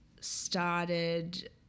started